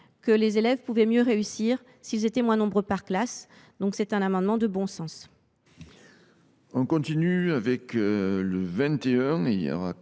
que les élèves pouvaient mieux réussir s’ils étaient moins nombreux par classe. Il s’agit donc d’un amendement de bon sens.